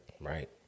Right